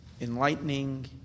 Enlightening